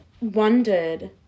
wondered